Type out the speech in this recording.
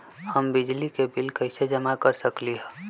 हम बिजली के बिल कईसे जमा कर सकली ह?